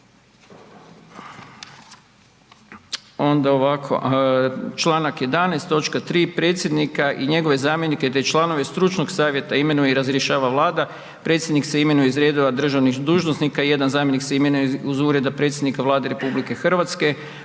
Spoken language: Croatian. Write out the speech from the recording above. Onda ovako, čl. 11. točka 3. „Predsjednika i njegove zamjenike te članove stručnog savjeta imenuje i razrješuje Vlada, predsjednik se imenuje iz redova državnih dužnosnika, jedan zamjenik se imenuje iz Ureda predsjednika Vlade RH,